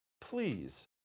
Please